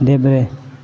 देब्रे